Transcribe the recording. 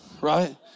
right